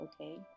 okay